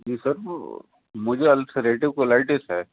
جی sir وہ مجھے ulcerative colitis ہے